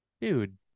Dude